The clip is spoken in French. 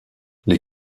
les